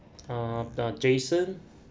ah uh jason